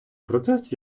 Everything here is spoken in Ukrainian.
процес